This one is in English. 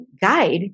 guide